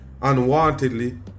unwantedly